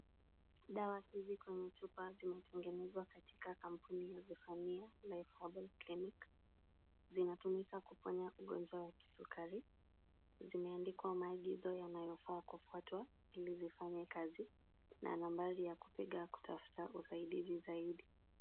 Dawa hizi kwenye chupa zimetengenezwa katika kampuni ya Zephania Life herbal clinic . Zinatumika kuponya ugonjwa wa kisukari. Zimeandikwa maagizo yanayofaa kufuatwa ili zifanye kazi na nambari ya kupiga kutafuta usaidizi zaidi.